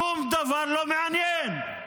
שום דבר לא מעניין.